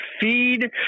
feed